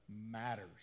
matters